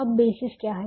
अब बेसिस क्या है